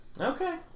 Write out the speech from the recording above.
Okay